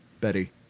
Betty